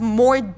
more